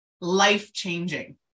life-changing